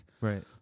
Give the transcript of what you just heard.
Right